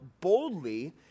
boldly